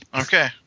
Okay